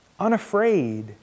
unafraid